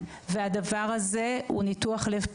והדבר הזה הוא ניתוח לב פתוח.